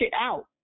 out